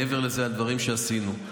מעבר לדברים שעשינו.